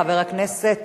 חבר הכנסת